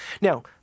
Now